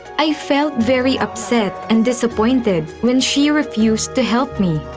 i felt very upset and disappointed when she refused to help me.